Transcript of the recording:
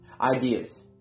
ideas